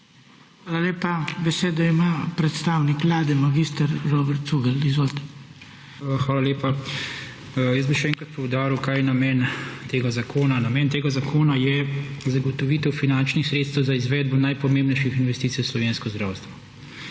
Hvala lepa. Besedo ima predstavnik vlade mag. Robert Cugelj. Izvolite. **MAG. ROBERT CUGELJ:** Hvala lepa. Jaz bi še enkrat poudaril, kaj je namen tega zakona. Namen tega zakona je zagotovitev finančnih sredstev za izvedbo najpomembnejših investicij v slovensko zdravstvo.